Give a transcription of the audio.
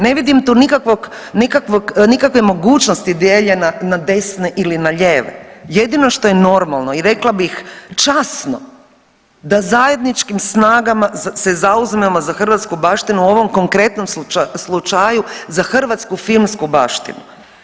Ne vidim tu nikakve mogućnosti dijeljenja na desne ili na lijeve, jedino što je normalno i rekla bih časno da zajedničkim snagama se zauzmemo za hrvatsku baštinu u ovom konkretnom slučaju za hrvatsku filmsku baštinu.